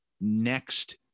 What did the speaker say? next